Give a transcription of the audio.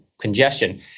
congestion